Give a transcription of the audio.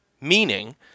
Meaning